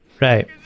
right